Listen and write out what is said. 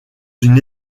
une